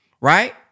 Right